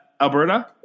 Alberta